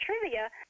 trivia